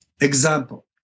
Example